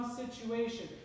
situation